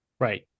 Right